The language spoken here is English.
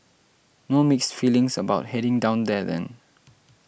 no mixed feelings about heading down there then